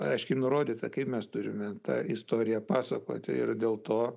aiškiai nurodyta kaip mes turime tą istoriją pasakoti ir dėl to